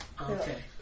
Okay